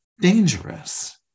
dangerous